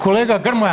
Kolega Grmoja.